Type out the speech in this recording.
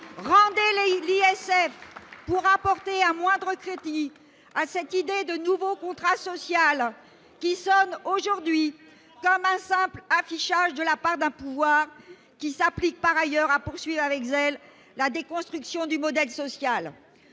Rendez l'ISF, pour apporter un moindre crédit à cette idée de « nouveau contrat social », qui sonne aujourd'hui comme un simple affichage de la part d'un pouvoir s'appliquant, par ailleurs, à poursuivre avec zèle la déconstruction du modèle social.